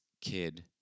kid